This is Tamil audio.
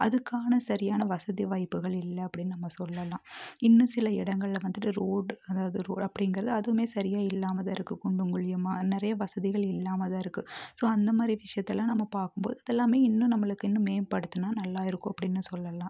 அதுக்கான சரியான வசதி வாய்ப்புகள் இல்லை அப்படின் நம்ம சொல்லலாம் இன்னும் சில இடங்கள்ல வந்துட்டு ரோட் அதாவது அப்படிங்கறது அதுமே சரியாக இல்லாமல்தான் இருக்குது குண்டும் குழியுமாக நிறைய வசதிகள் இல்லாமல்தான் இருக்குது ஸோ அந்த மாதிரி விஷயத்தெலாம் நம்ம பார்க்கும்போது இதெல்லாமே இன்னும் நம்மளுக்கு இன்னும் மேம்படுத்தினா நல்லாயிருக்கும் அப்படினு சொல்லலாம்